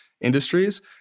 industries